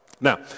Now